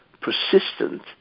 persistent